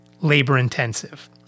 labor-intensive